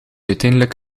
uiteindelijk